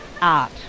art